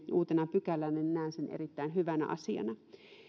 uutena pykälänä tartuntatautilakiin näen nyt erittäin hyvänä asiana